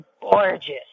gorgeous